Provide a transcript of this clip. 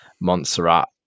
Montserrat